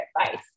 advice